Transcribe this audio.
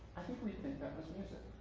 we'd think that was music.